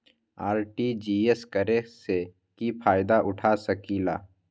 RTGS करे से की फायदा उठा सकीला?